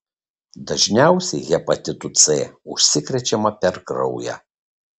dažniausiai hepatitu c užsikrečiama per kraują